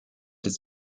his